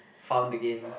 found again